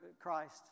Christ